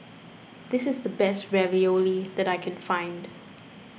this is the best Ravioli that I can find